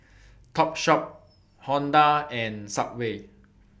Topshop Honda and Subway